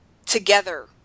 Together